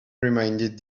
reminded